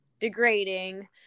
degrading